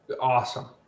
Awesome